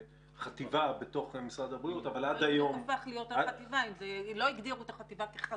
חטיבה בתוך משרד הבריאות אבל עד היום זה לא מוסדר לגמרי.